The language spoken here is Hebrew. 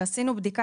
ועשינו בדיקה,